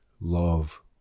love